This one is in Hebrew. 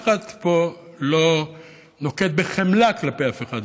אף אחד פה לא נוקט חמלה כלפי אף אחד.